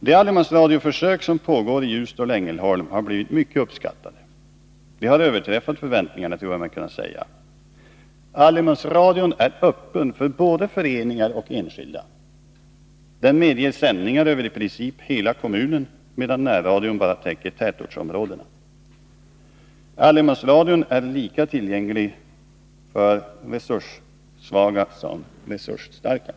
De allemansradioförsök som pågår i Ljusdal och Ängelholm har blivit mycket uppskattade. Man skulle kunna säga att de har överträffat förväntningarna. Allemansradion är öppen för både föreningar och enskilda. Den medger sändningar över i princip hela kommunen — medan närradion täcker enbart tätortsområdena. Allemansradion är lika tillgänglig för resurssvaga som för resursstarka.